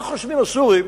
מה חושבים הסורים,